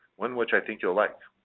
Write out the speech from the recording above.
one which i think you will like.